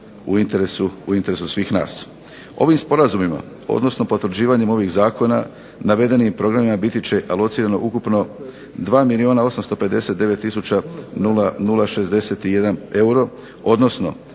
u interesu svih nas. Ovim sporazumima odnosno potvrđivanjem ovih zakona navedenim programima biti će alocirano ukupno 2 milijuna 859 tisuća 061 euro, odnosno